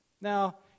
Now